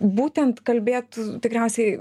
būtent kalbėt tikriausiai